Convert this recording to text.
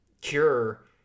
cure